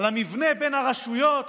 על המבנה בין הרשויות,